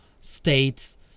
states